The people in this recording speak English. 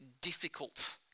difficult